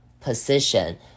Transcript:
position